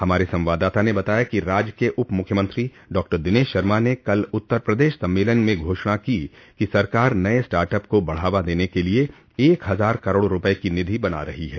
हमारे संवाददाता ने बताया कि राज्य के उप मूख्यमंत्रो डॉक्टर दिनेश शर्मा ने कल उत्तर प्रदेश सम्मेलन में घोषणा की कि सरकार नए स्टार्ट अप को बढ़ावा देने के लिए एक हजार करोड रुपये की निधि बना रही है